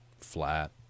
flat